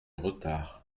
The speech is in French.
retard